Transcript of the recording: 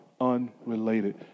unrelated